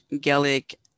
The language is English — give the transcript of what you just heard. Gaelic